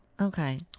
okay